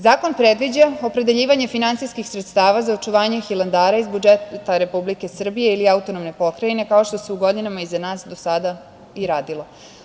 Zakon predviđa opredeljivanje finansijskih sredstava za očuvanje Hilandara iz budžeta Republike Srbije ili autonomne pokrajine, kao što se u godinama iza nas do sada i radilo.